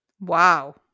Wow